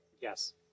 Yes